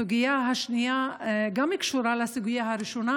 הסוגיה השנייה קשורה לסוגיה הראשונה,